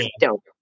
dope